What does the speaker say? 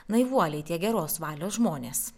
naivuoliai tie geros valios žmonės